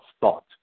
thought